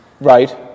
right